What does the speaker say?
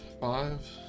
Five